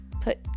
Put